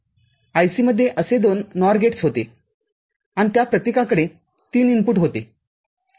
IC मध्ये असे दोन NOR गेट्स होते आणि त्या प्रत्येकाकडे ३ इनपुट होते ठीक आहे